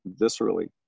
viscerally